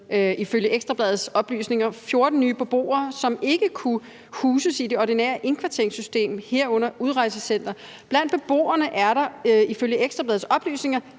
ifølge Ekstra Bladets oplysninger – 14 nye beboere, som ikke kunne huses i det ordinære indkvarteringssystem, herunder udrejsecenter. Blandt beboerne er der ifølge Ekstra Bladets oplysninger